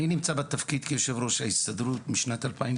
אני נמצא בתפקיד כיושב ראש ההסתדרות משנת 2009,